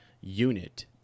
unit